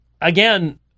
Again